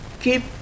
keep